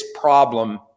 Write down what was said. problem